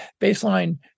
baseline